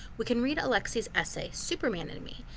we can read alexie's essay superman and me,